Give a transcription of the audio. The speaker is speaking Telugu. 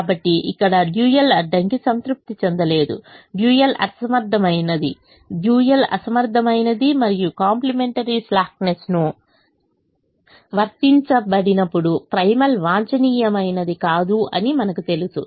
కాబట్టి ఇక్కడ డ్యూయల్ అడ్డంకి సంతృప్తి చెందలేదు డ్యూయల్ అసమర్థమైనది డ్యూయల్ అసమర్థమైనది మరియు కాంప్లిమెంటరీ స్లాక్ నెస్ ను వర్తించబడినప్పుడు ప్రైమల్ వాంఛనీయమైనది కాదు అని మనకు తెలుసు